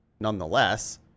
Nonetheless